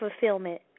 fulfillment